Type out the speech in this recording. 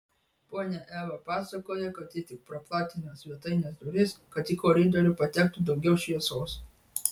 ponia eva pasakoja kad ji tik praplatino svetainės duris kad į koridorių patektų daugiau šviesos